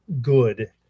good